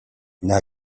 now